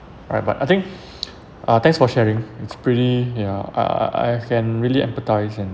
right but I think uh thanks for sharing it's pretty yeah I I I can really empathise and